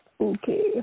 okay